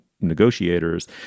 negotiators